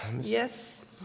Yes